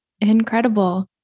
Incredible